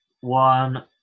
one